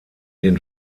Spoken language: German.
den